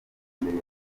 mbere